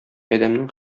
адәмнең